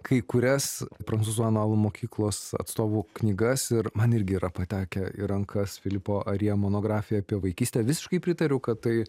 kai kurias prancūzų analų mokyklos atstovų knygas ir man irgi yra patekę į rankas filipo arie monografija apie vaikystę visiškai pritariu kad tai